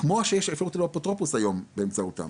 כמו שיש אפשרות לאפוטרופוס היום באמצעותם,